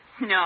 No